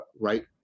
right